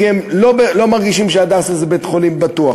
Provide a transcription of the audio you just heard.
כי הם לא מרגישים ש"הדסה" זה בית-חולים בטוח.